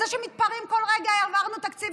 אז זה שמתפארים כל רגע: העברנו תקציב,